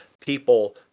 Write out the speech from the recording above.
people